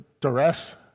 duress